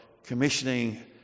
commissioning